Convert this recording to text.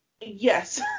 Yes